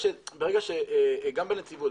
גם בנציבות,